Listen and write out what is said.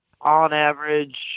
on-average